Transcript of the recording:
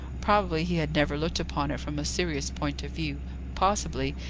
probably, he had never looked upon it from a serious point of view possibly,